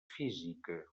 física